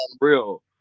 Real